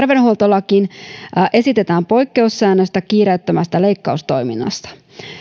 terveydenhuoltolakiin esitetään poikkeussäännöstä kiireettömästä leikkaustoiminnasta